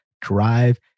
drive